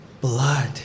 blood